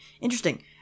Interesting